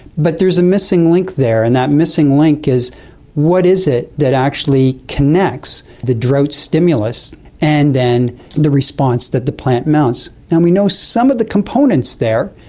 but there is a missing link there and that missing link is what is it that actually connects the drought stimulus and then the response that the plant mounts? and we know some of the components there,